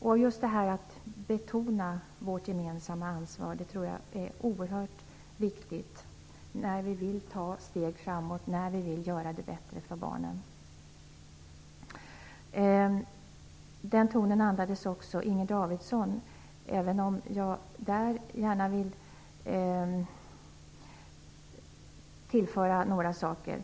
oerhört viktigt att betona vårt gemensamma ansvar när vi vill ta steg framåt och göra det bättre för barnen. Den tonen andades också Inger Davidson, även om jag gärna vill tillföra några saker.